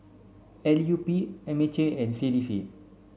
l U P M H A and C D C